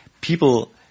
people